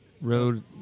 road